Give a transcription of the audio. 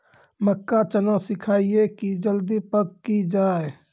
मक्का चना सिखाइए कि जल्दी पक की जय?